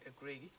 agree